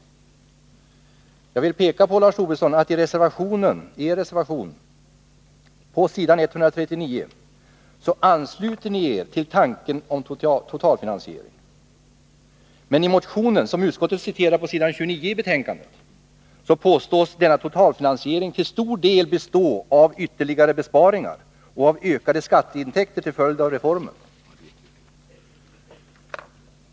Jag vill peka på, Lars Tobisson, att i er reservation på s. 139 i utskottsbetänkandet ansluter ni er till tanken om totalfinansiering. Men i motionen, som utskottet citerar på s. 29 i betänkandet, påstås denna totalfinansiering till stor del bestå av ytterligare besparingar och av ökade skatteintäkter till följd av reformen.